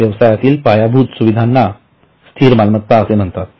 व्यवसायातील पायाभूत सुविधांना स्थिर मालमत्ता म्हणतात